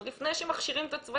עוד לפני שמכשירים את הצוותים,